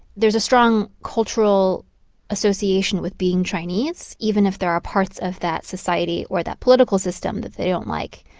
there's a strong cultural association with being chinese, even if there are parts of that society or that political system that they don't like